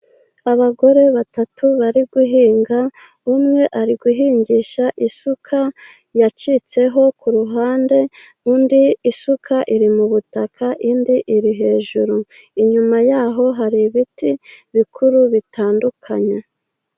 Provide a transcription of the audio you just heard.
Abagore batatu bari guhinga, umwe ari guhingisha isuka yacitseho ku ruhande, undi isuka iri mu butaka, indi iri hejuru. Inyuma yaho hari ibiti bikuru bitandukanye.